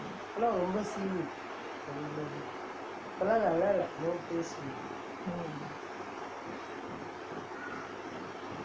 mm